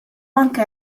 anke